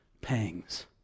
pangs